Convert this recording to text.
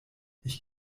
ich